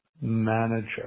manager